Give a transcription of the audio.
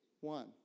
one